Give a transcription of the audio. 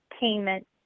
payment